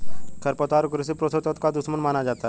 खरपतवार को कृषि पोषक तत्वों का दुश्मन माना जाता है